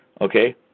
okay